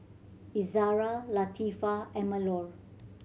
Izzara Latifa and Melur